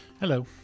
Hello